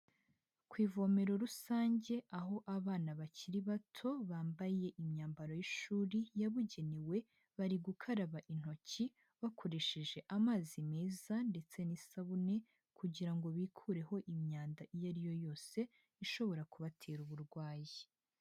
Ku ivomero rusange, aho abana bakiri bato bambaye imyambaro y'ishuri yabugenewe, bari gukaraba intoki bakoresheje amazi meza ndetse n'isabune kugira ngo bikureho imyanda iyo ari yo yose ishobora kubatera uburwayi.